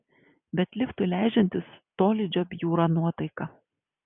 bet liftui leidžiantis tolydžio bjūra nuotaika